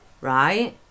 Right